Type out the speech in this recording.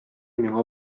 миңа